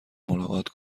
ملاقات